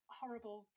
horrible